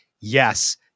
yes